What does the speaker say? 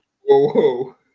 whoa